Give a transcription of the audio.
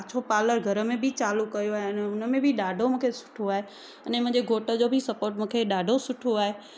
पाछो पार्लर घर में बि चालू कयो आहे उन में बि ॾाढो मूंखे सुठो आहे अने मुंहिंजे घोट जो बि सपोट मूंखे ॾाढो सुठो आहे